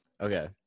Okay